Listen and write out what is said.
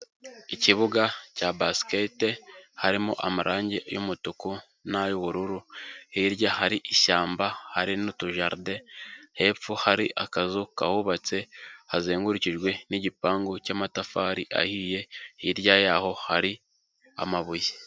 Ikibuga cya basiketi harimo amarangi y'umutuku n'ay'ubururu, hirya hari ishyamba hari n'utujaride, hepfo hari akazu kahubatse kazengurukijwe n'igipangu cy'amatafari ahiye, hirya yaho hari amabuye.